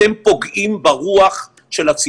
אתם פוגעים ברוח של הציבור.